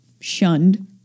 shunned